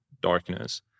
darkness